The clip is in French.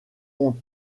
ont